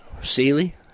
Sealy